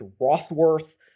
Rothworth